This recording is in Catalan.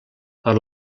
per